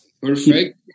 Perfect